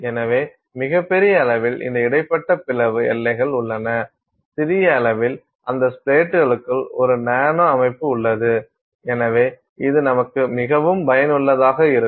எனவே மிகப் பெரிய அளவில் இந்த இடைப்பட்ட பிளவு எல்லைகள் உள்ளன சிறிய அளவில் அந்த ஸ்ப்ளேட்டுகளுக்குள் ஒரு நானோ அமைப்பு உள்ளது எனவே இது நமக்கு மிகவும் பயனுள்ளதாக இருக்கும்